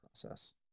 process